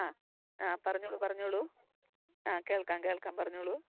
ആ ആ പറഞ്ഞോളൂ പറഞ്ഞോളൂ ആ കേൾക്കാം കേൾക്കാം പറഞ്ഞോളൂ